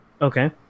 Okay